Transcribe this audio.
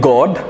God